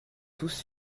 tous